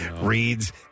reads